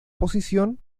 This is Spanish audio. posición